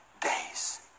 days